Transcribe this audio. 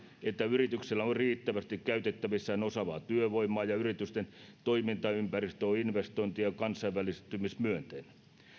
että yrityksillä on käytettävissään riittävästi osaavaa työvoimaa ja yritysten toimintaympäristö on investointi ja kansainvälistymismyönteinen